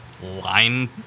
line